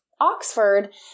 Oxford